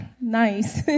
nice